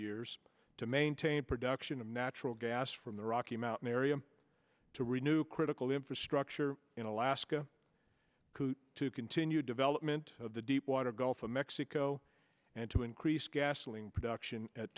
years to maintain production of natural gas from the rocky mountain area to renew critical infrastructure in alaska to continue development of the deep water gulf of mexico and to increase gasoline production at